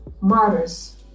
martyrs